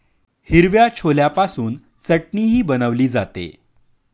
हिरव्या छोल्यापासून चटणीही बनवली जाते